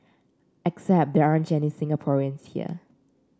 except there aren't any Singaporeans here